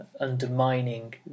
undermining